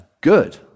good